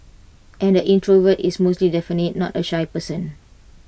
and the introvert is most definitely not A shy person